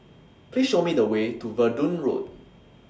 Please Show Me The Way to Verdun Road